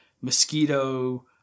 Mosquito